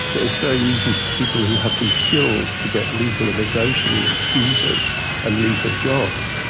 it's very easy for people who have these skills to get legal immigration visas and legal jobs.